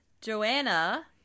Joanna